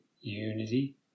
unity